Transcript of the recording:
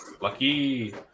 lucky